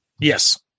Yes